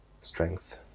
strength